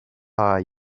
are